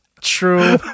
True